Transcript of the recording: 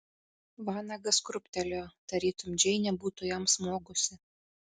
vanagas krūptelėjo tarytum džeinė būtų jam smogusi